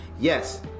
Yes